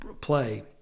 play